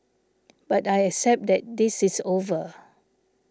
but I accept that this is over